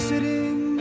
Sitting